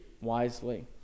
wisely